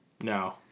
No